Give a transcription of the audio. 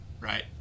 Right